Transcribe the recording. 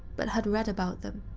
but had read about them.